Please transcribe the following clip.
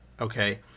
okay